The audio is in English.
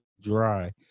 dry